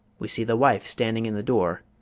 we see the wife standing in the door,